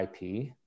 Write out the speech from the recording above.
IP